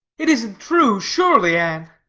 it isn't true surely, anne?